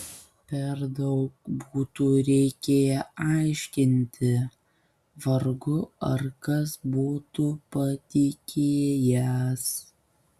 per daug būtų reikėję aiškinti vargu ar kas būtų patikėjęs